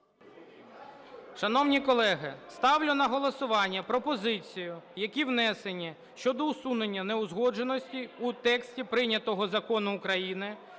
Шановні колеги, ставлю на голосування пропозиції, які внесені щодо усунення неузгодженостей у тексті прийнятого Закону України